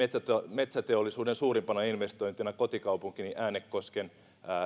metsäteollisuuden suurimpana investointina kotikaupunkini äänekosken